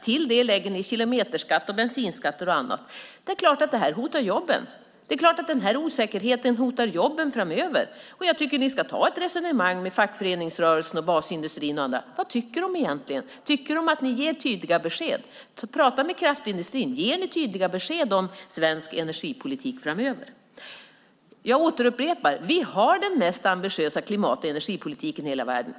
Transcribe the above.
Till detta lägger ni kilometerskatt, bensinskatter och annat. Det är klart att den här osäkerheten hotar jobben framöver! Jag tycker att ni ska ta ett resonemang med fackföreningsrörelsen och basindustrin och andra och fråga vad de egentligen tycker. Tycker de att ni ger tydliga besked? Prata med kraftindustrin! Ger ni tydliga besked om svensk energipolitik framöver? Jag upprepar: Vi har den mest ambitiösa klimat och energipolitiken i hela världen.